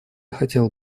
хотел